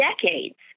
decades